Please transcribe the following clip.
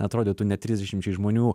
atrodytų net trisdešimčiai žmonių